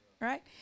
right